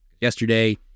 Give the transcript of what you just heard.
yesterday